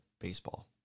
baseball